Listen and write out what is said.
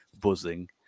buzzing